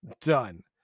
done